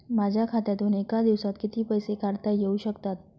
माझ्या खात्यातून एका दिवसात किती पैसे काढता येऊ शकतात?